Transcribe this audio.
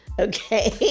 Okay